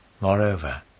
Moreover